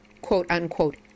quote-unquote